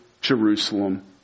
Jerusalem